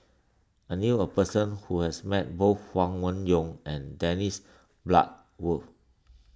I knew a person who has met both Huang Wenhong and Dennis Bloodworth